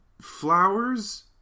flowers